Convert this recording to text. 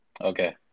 Okay